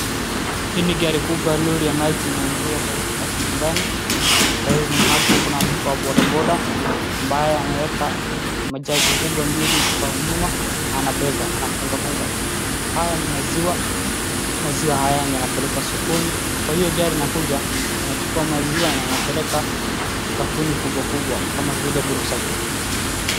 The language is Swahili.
Hii ni gari kubwa lori la maji linaingia nyumbani ,karibu na hapo kuna mtu wa bodaboda ambaye ameeka matanki mbili kubwa kwa nyuma anabeba anafungafunga, haya ni maziwa. Maziwa haya yanapelekwa sokoni kwa hiyo gari inakuja inachukua maziwa na inapeleka kampuni kubwa kubwa kama vile brookside .